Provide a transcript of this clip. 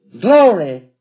glory